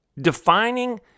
Defining